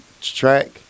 Track